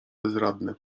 bezradny